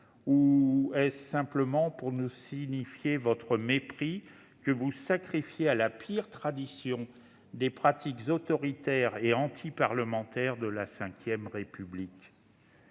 ou est-ce simplement pour nous signifier votre mépris que vous avez choisi de sacrifier à la pire tradition des pratiques autoritaires et antiparlementaires de la V République ?